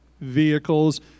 vehicles